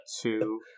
two